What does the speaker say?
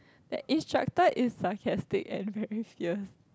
the instructor is sarcastic and very fierce